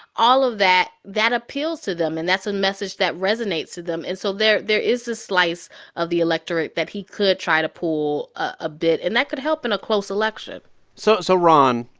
all of that that appeals to them. and that's a message that resonates to them. and so there there is a slice of the electorate that he could try to pull a bit, and that could help in a close election so so ron,